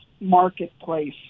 Marketplace